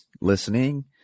listening